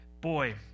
Boy